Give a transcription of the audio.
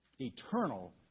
eternal